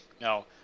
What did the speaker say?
Now